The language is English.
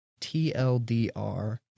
TLDR